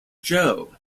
joe